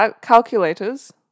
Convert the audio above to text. Calculators